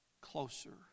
closer